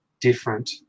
different